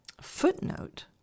footnote